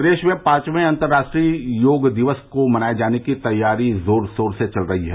प्रदेश में पांचवें अंतर्राष्ट्रीय योग दिवस को मनाए जाने की तैयारी जोर शोर से चल रही है